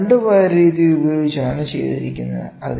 ഇത് 2 വയർ രീതി ഉപയോഗിച്ചാണ് ചെയ്യുന്നത്